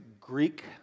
Greek